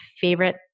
favorite